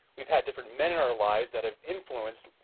we've had different men in our lives that have influenced,